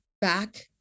back